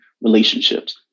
relationships